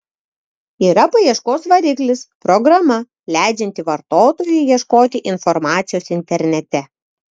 yra paieškos variklis programa leidžianti vartotojui ieškoti informacijos internete